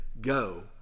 go